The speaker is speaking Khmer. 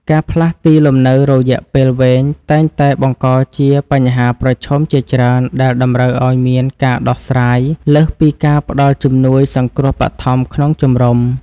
ការផ្លាស់ទីលំនៅរយៈពេលវែងតែងតែបង្កជាបញ្ហាប្រឈមជាច្រើនដែលតម្រូវឱ្យមានការដោះស្រាយលើសពីការផ្តល់ជំនួយសង្គ្រោះបឋមក្នុងជំរំ។